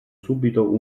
subito